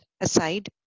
aside